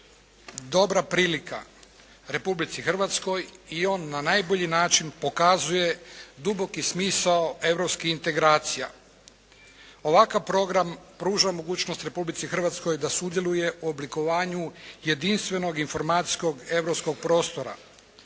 dobra prilika Republici Hrvatskoj i on na najbolji način pokazuje duboki smisao europskih integracija. Ovakav program pruža mogućnost Republici Hrvatskoj da sudjeluje u oblikovanju jedinstvenog i informacijskog europskog prostora.